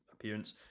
appearance